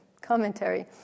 commentary